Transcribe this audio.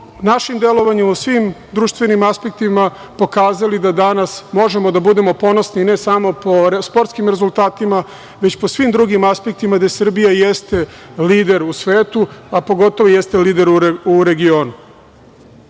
našim delovanjem u svim društvenim aspektima pokazali da danas možemo da budemo ponosni ne samo po sportskim rezultatima, već po svim drugim aspektima, gde i Srbija jeste lider u svetu, a pogotovo jeste lider u regionu. Jedno